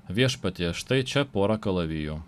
viešpatie štai čia pora kalavijų